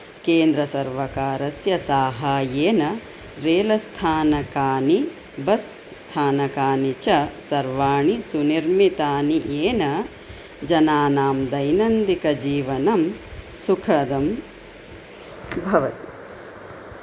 केन्द्रसर्वकारस्य सहाय्येन रेलस्थानकानि बस् स्थानकानि च सर्वाणि सुनिर्मितानि येन जनानां दैनंदिकजीवनं सुकरं भवति